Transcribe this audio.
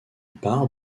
part